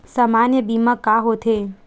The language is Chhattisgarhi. सामान्य बीमा का होथे?